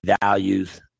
values